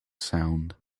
sound